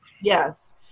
Yes